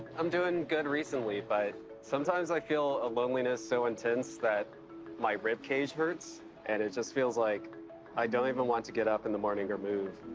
i'm doing good recently, but sometimes i feel a loneliness so intense that my rib cage hurts and it just feels like i don't even want to get up in the morning or move.